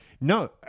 No